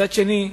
מצד שני,